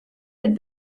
had